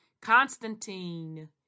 Constantine